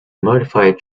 modify